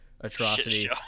atrocity